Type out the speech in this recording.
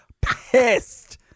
Pissed